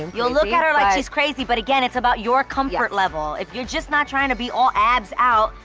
you'll look at her like she's crazy, but again it's about your comfort level. if you're just not tryna be all abs out,